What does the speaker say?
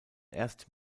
erst